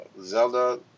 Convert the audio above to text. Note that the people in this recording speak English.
Zelda